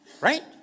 right